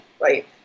right